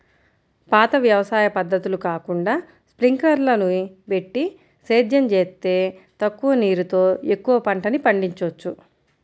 పాత వ్యవసాయ పద్ధతులు కాకుండా స్పింకర్లని బెట్టి సేద్యం జేత్తే తక్కువ నీరుతో ఎక్కువ పంటని పండిచ్చొచ్చు